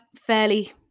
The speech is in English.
fairly